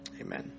amen